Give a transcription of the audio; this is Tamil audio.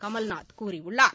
கமல்நாத் கூறியுள்ளார்